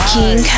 King